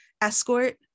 escort